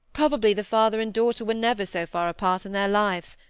probably the father and daughter were never so far apart in their lives,